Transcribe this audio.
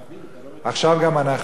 עכשיו גם אנחנו.